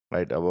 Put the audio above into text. Right